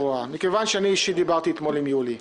מכיוון שאני אישית דיברתי אתמול עם יולי,